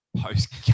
Post